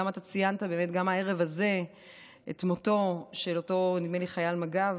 גם אתה ציינת הערב הזה את מותו של אותו חייל מג"ב,